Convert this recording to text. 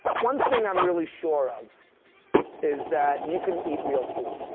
one thing i'm really sure of is that you can eat real food,